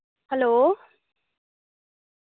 hello